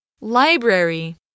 Library